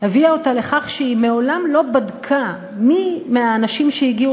הביאה אותה לכך שהיא מעולם לא בדקה מי מהאנשים שהגיעו